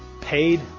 paid